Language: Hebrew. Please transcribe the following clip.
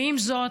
ועם זאת,